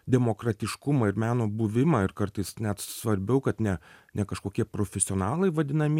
demokratiškumą ir meno buvimą ir kartais net svarbiau kad ne ne kažkokie profesionalai vadinami